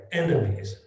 enemies